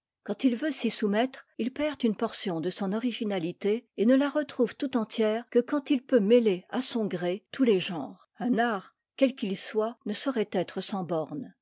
quand il veut s'y soumettre il perd une portion de son originalité et ne la retrouve tout entière que quand il peut mêler à son gré tous les genres un art quel qu'il soit ne saurait être sans bornes